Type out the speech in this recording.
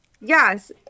Yes